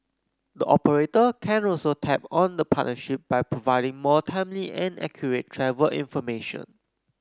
the operator can also tap on the partnership by providing more timely and accurate travel information